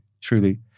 truly